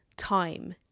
time